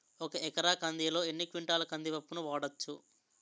ఒక ఎకర కందిలో ఎన్ని క్వింటాల కంది పప్పును వాడచ్చు?